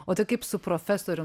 o tai kaip su profesorium